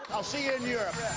i'll see you in europe.